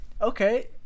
okay